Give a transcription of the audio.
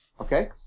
Okay